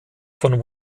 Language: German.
von